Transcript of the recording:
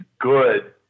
good